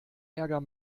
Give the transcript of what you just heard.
ärger